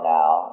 now